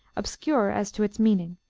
obscure as to its meaning,